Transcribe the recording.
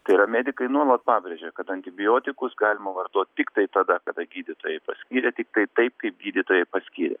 tai yra medikai nuolat pabrėžia kad antibiotikus galima vartot tiktai tada kada gydytojai paskyrė tiktai taip kaip gydytojai paskyrė